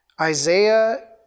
Isaiah